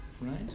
right